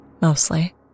mostly